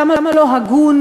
כמה לא הגון,